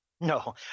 No